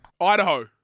Idaho